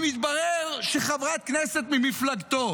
אם יתברר שחברת כנסת ממפלגתו